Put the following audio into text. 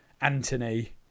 Anthony